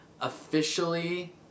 officially